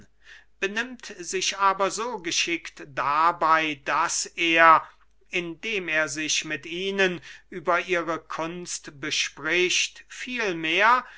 benimmt sich aber so geschickt dabey daß er indem er sich mit ihnen über ihre kunst bespricht